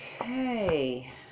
okay